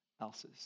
else's